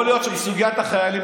יכול להיות שבסוגיית החיילים,